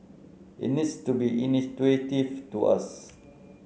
it needs to be intuitive to us